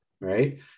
right